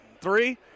three